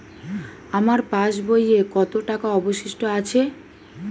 আমার পাশ বইয়ে কতো টাকা অবশিষ্ট আছে?